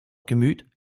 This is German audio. gemüt